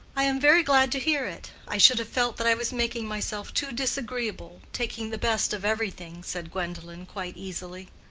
i am very glad to hear it. i should have felt that i was making myself too disagreeable taking the best of everything, said gwendolen, quite easily.